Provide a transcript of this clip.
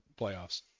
playoffs